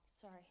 Sorry